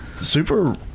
super